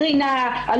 קרינה,